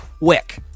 Wick